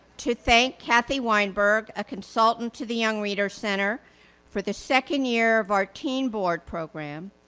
to thank kathy wineburg, a consultant to the young readers center for the second year of our teen board program.